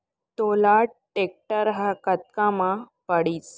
तोला टेक्टर ह कतका म पड़िस?